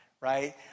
right